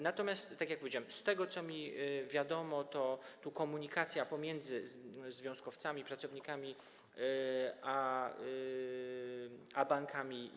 Natomiast, tak jak powiedziałem, z tego, co mi wiadomo, jest komunikacja pomiędzy związkowcami, pracownikami a bankami.